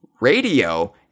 radio